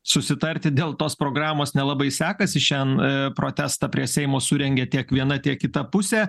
susitarti dėl tos programos nelabai sekasi šian protestą prie seimo surengė tiek viena tiek kita pusė